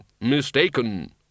mistaken